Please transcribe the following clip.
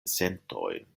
sentojn